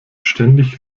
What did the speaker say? ständig